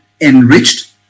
Enriched